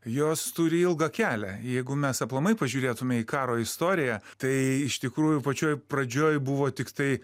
jos turi ilgą kelią jeigu mes aplamai pažiūrėtume į karo istoriją tai iš tikrųjų pačioj pradžioj buvo tiktai